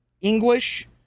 English